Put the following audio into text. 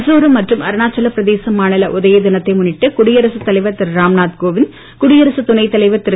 மிசோராம் மற்றும் அருணாச்சல பிரதேச மாநில உதய தினத்தை முன்னிட்டு குடியரசு தலைவர் திரு ராம்நாத் கோவிந்த் குடியரசுத் துணைத் தலைவர் திரு